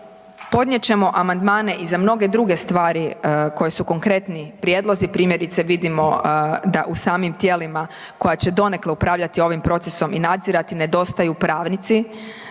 Podnijet ćemo amandmane i za mnoge druge stvari koje su konkretni prijedlozi. Primjerice vidimo da u samim tijelima koja će donekle upravljati ovim procesom i nadzirati nedostaju pravnici,